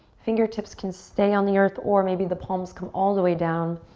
fingertips can stay on the earth or maybe the palms come all the way down.